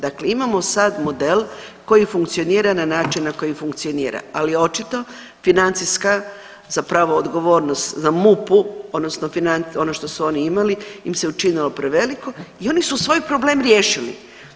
Dakle, imamo sad model koji funkcionira na način na koji funkcionira ali je očito financijska zapravo odgovornost na MUP-u, odnosno ono što su oni imali im se učinilo preveliko i oni su svoj problem riješili.